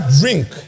drink